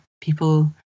people